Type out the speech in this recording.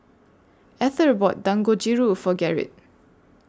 Ether bought Dangojiru For Gerrit